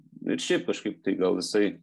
nu ir šiaip kažkaip tai gal visai